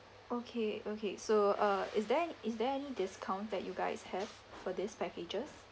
okay okay so uh is there is there any discount that you guys have for these packages